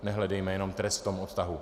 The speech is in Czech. Nehledejme jenom trest v tom odtahu.